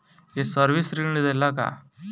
ये सर्विस ऋण देला का?